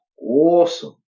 awesome